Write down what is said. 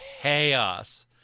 chaos